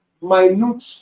minute